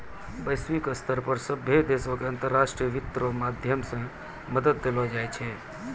वैश्विक स्तर पर सभ्भे देशो के अन्तर्राष्ट्रीय वित्त रो माध्यम से मदद देलो जाय छै